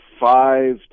five